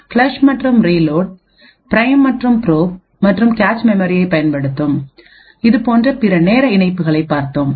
flush மற்றும் reload prime மற்றும் probe மற்றும் கேச் மெமரியைப் பயன்படுத்தும் இதுபோன்ற பிற நேர இணைப்புகளைப் பார்த்தோம்